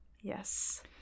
Yes